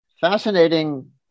fascinating